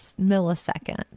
millisecond